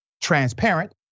transparent